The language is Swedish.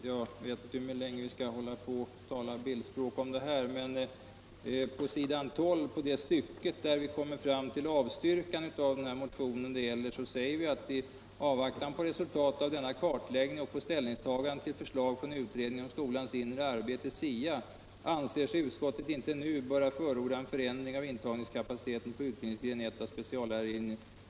Jag vet inte hur länge vi skall hålla på att tala bildspråk på det här sättet, men på s. 12 i samma stycke där den motion det här gäller avstyrks sägs det: ”I avvaktan på resultatet av denna kartläggning och på ställningstagande till förslag från utredningen om skolans inre arbete anser sig utskottet inte nu böra förorda en förändring av intagningskapaciteten på utbildningsgren 1 av speciallärarlinjen.